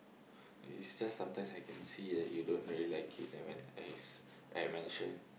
it's just sometimes I can see that you don't really like it like when I s~ when I mention